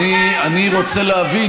אני רוצה להבין,